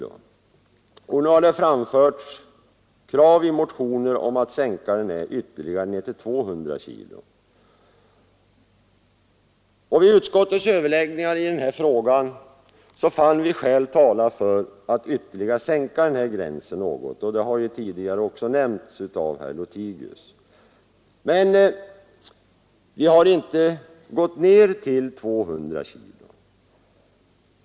I motioner har framförts krav på en ytterligare sänkning till 200 kg. Vid utskottets överläggningar i den här frågan fann vi skäl tala för att ytterligare sänka gränsen något — också det har herr Lothigius tidigare nämnt — men vi har inte gått ned till 200 kg.